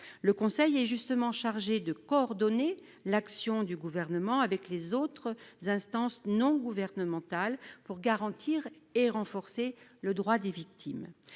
Le CNAV est chargé de coordonner l'action du Gouvernement avec celle des autres instances, non gouvernementales, pour garantir et renforcer le droit des victimes.